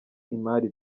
imari